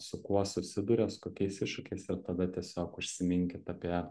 su kuo susiduria su kokiais iššūkiais ir tada tiesiog užsiminkit apie